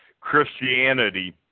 Christianity